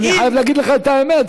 אני חייב להגיד לך את האמת,